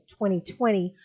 2020